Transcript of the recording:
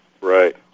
Right